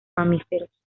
mamíferos